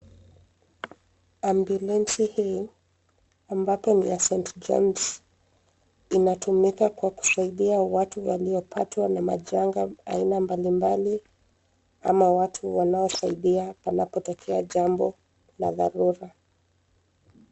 Ambulensi hii ambapo ni ya cs[St.John's]cs inatumika kwa kusaidia watu waliopatwa na majanga aina mbalimbali ama watu wanaosaidia panapotokea jambo la dharura.